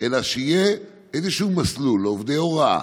אלא שיהיה איזשהו מסלול לעובדי הוראה,